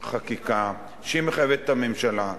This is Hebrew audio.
חקיקה, שהיא מחייבת את הממשלה.